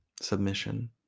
submission